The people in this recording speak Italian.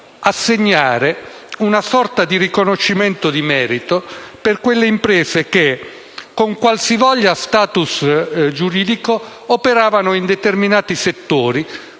una sorta di riconoscimento di merito a quelle imprese che, con qualsivoglia *status* giuridico, operavano in determinati settori